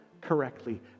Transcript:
correctly